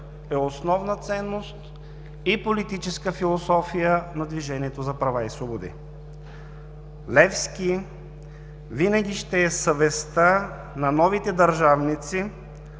е основна ценност и политическа философия на „Движението за права и свободи“. Левски винаги ще е съвестта на новите държавници,